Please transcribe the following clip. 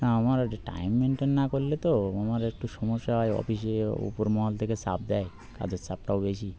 না আমার একটা টাইম মেনটেন না করলে তো আমার একটু সমস্যা হয় অফিসে উপর মহল থেকে চাপ দেয় কাজের চাপটাও বেশি